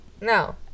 No